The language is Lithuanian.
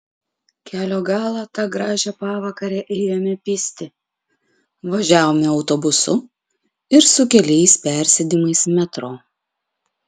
kelio galą tą gražią pavakarę ėjome pėsti važiavome autobusu ir su keliais persėdimais metro